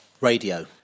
radio